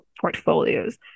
portfolios